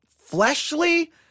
fleshly